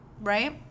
right